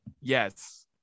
Yes